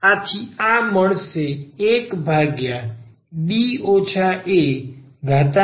આ મળશે 1D areaxxrr